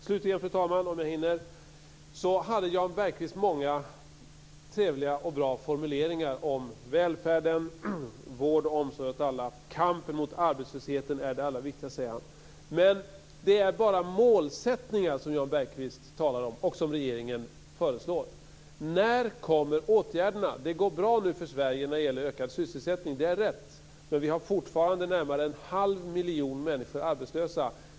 Slutligen, fru talman, hade Jan Bergqvist många trevliga och bra formuleringar om välfärden, vård och omsorg åt alla. Kampen mot arbetslösheten är det allra viktigaste, säger han. Men det är bara målsättningar som Jan Bergqvist talar om och som regeringen föreslår. När kommer åtgärderna? Det går bra nu för Sverige när det gäller ökad sysselsättning, det är rätt. Men vi har fortfarande närmare en halv miljon människor arbetslösa.